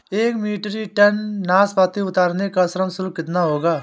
एक metric ton नाशपाती उतारने का श्रम शुल्क कितना होगा?